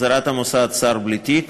החזרת המוסד שר בלי תיק,